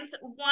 One